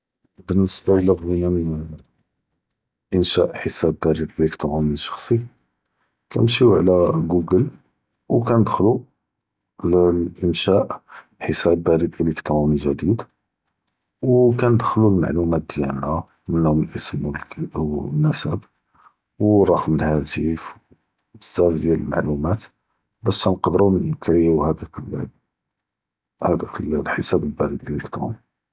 באלניסבה אלא בביג’נא אינשא חשאב ברידי אלקטרוני שחסי, כנמשיו לגוגל ו כנדכלו ל אינשא חשאב בריד אלקטרוני חדש, ו כנדכלו אלמעלומאת דיאלנא מהם אלאסם ו אלכול ו אלנסב ו רקם אלטלפון, בזאף דיאל אלמעלומאת באש נקדרו נקריו דאק לל דאק אלחשאב בריד אלקטרוני.